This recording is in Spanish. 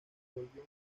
volvió